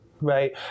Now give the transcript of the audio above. right